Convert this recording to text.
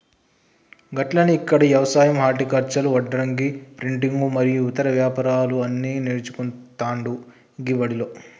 గట్లనే ఇక్కడ యవసాయం హర్టికల్చర్, వడ్రంగి, ప్రింటింగు మరియు ఇతర వ్యాపారాలు అన్ని నేర్పుతాండు గీ బడిలో